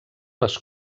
les